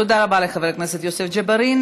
תודה רבה לחבר הכנסת יוסף ג'בארין.